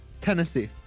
Tennessee